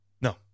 No